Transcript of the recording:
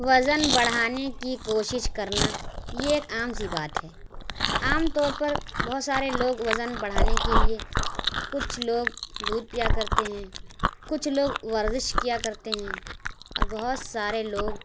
وزن بڑھانے کی کوشش کرنا یہ ایک عام سی بات ہے عام طور پر بہت سارے لوگ وزن بڑھانے کے لیے کچھ لوگ دودھ پیا کرتے ہیں کچھ لوگ ورزش کیا کرتے ہیں اور بہت سارے لوگ